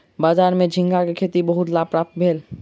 बजार में झींगा के खेती सॅ बहुत लाभ प्राप्त भेल